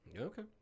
Okay